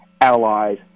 allies